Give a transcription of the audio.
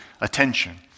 attention